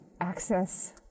access